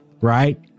right